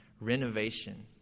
renovation